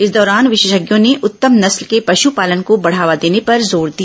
इस दौरान विशेषज्ञों ने उत्तम नस्ल के पशुपालन को बढ़ावा देने पर जोर दिया